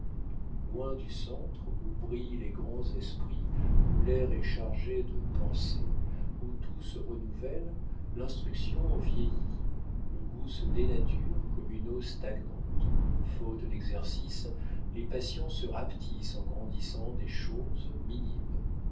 loin du centre où brillent les grands esprits où l'air est chargé de pensées où tout se renouvelle l'instruction vieillit le goût se dénature comme une eau stagnante faute d'exercice les passions se rapetissent en grandissant des choses minimes